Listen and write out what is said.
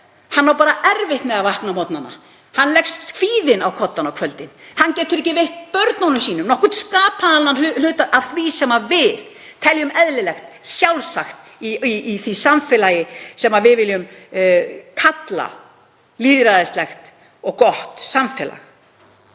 Hann á erfitt með að vakna á morgnana. Hann leggst kvíðinn á koddann á kvöldin. Hann getur ekki veitt börnunum sínum nokkurn skapaðan hlut af því sem við teljum eðlilegt, sjálfsagt, í því samfélagi sem við viljum kalla lýðræðislegt og gott samfélag.